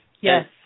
yes